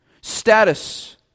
status